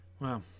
Wow